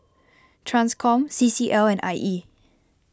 Transcom C C L and I E